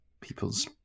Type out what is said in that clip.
people's